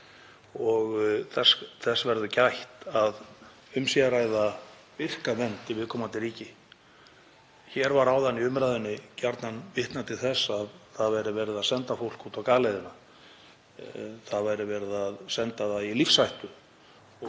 og þess verður gætt að um sé að ræða virka vernd í viðkomandi ríki. Hér var í umræðunni áðan gjarnan vitnað til þess að verið væri að senda fólk út á galeiðuna, það væri verið að senda það í lífshættu